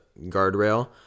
guardrail